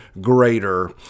greater